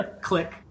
Click